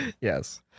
yes